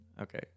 Okay